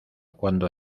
cuando